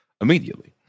immediately